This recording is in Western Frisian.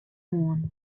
hân